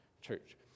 Church